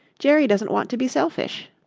jerry doesn't want to be selfish.